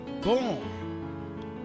born